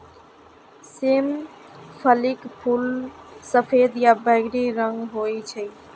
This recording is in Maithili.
सेम फलीक फूल सफेद या बैंगनी रंगक होइ छै